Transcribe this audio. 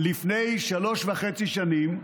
לפני שלוש וחצי שנים.